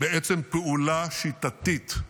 בעצם לפעולה שיטתית.